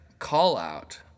call-out